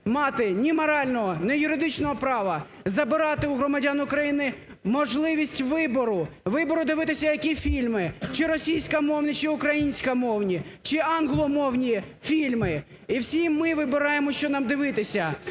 мати ні морального, ні юридичного права забирати в громадян України можливість вибору. Вибору дивитися, які фільми чи російськомовні, чи українськомовні, чи англомовні фільми і всі ми вибираємо, що нам дивитися.